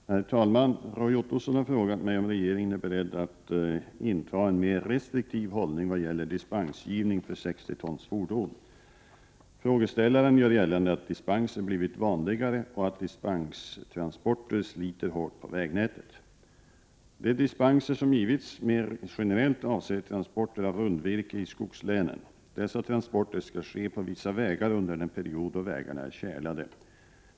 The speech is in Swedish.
Om tunga lastbilstrans é ö Å 5 boten Herr talman! Roy Ottosson har frågat mig om regeringen är beredd att inta en mer restriktiv hållning vad gäller dispensgivning för 60 tons fordon. Frågeställaren gör gällande att dispenser blivit vanligare och att dispenstransporterna sliter hårt på vägnätet. De dispenser som givits mer generellt avser transporter av rundvirke i skogslänen. Dessa transporter skall ske på vissa vägar och under den period då vägarna är tjälade.